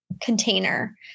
container